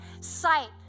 sight